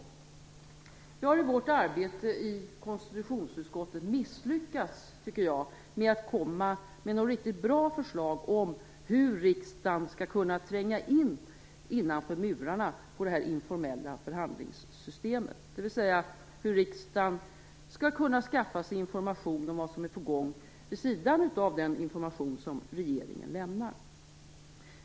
Jag tycker att vi i vårt arbete i konstitutionsutskottet har misslyckats med att komma med något riktigt bra förslag om hur riksdagen skall kunna tränga in innanför murarna på det här informella förhandlingssystemet, dvs. om hur riksdagen skall kunna skaffa sig information om vad som är på gång vid sidan om den information som regeringen lämnar.